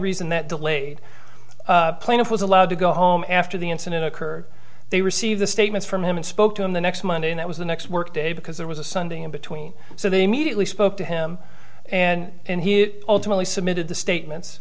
reason that delayed plaintiff was allowed to go home after the incident occurred they receive the statements from him and spoke to him the next monday and it was the next workday because there was a sunday in between so they immediately spoke to him and he ultimately submitted the statements